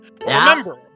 Remember